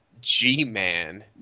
G-Man